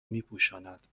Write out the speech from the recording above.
میپوشاند